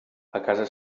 casa